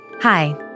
Hi